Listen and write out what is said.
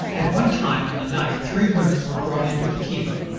at one time in the night three women were brought into the kiva.